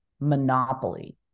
monopoly